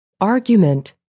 Argument